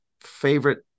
favorite